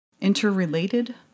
interrelated